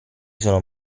sono